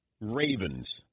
Ravens